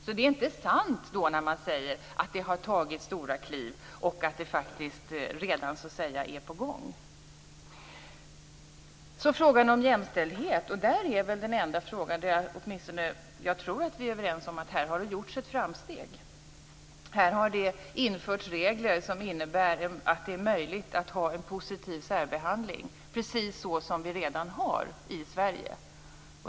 Så det är inte sant att man har tagit stora kliv och att det redan är på gång. Sedan har vi frågan om jämställdhet. Det är den enda fråga där jag tror att vi är överens om att har det gjorts ett framsteg. Här har det införts regler som innebär att det är möjligt att ha en positiv särbehandling, precis så som vi redan har i Sverige.